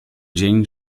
dzień